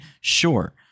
sure